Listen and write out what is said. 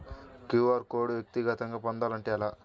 QR code వ్యక్తిగతంగా పొందాలంటే ఎలా?